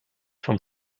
vom